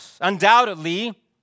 Undoubtedly